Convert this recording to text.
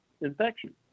infection